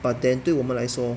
but then 对我们来说